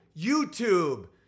YouTube